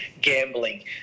gambling